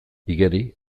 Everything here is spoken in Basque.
igeri